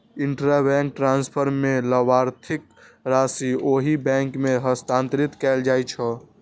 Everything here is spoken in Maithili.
इंटराबैंक ट्रांसफर मे लाभार्थीक राशि ओहि बैंक मे हस्तांतरित कैल जाइ छै